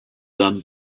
done